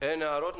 אין הערות.